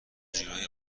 جورایی